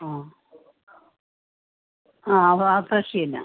ആ ആ അത് ആ ഫ്രഷ് തന്നെ